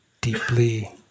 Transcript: deeply